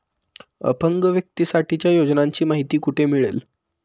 अपंग व्यक्तीसाठीच्या योजनांची माहिती कुठे मिळेल?